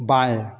बाएँ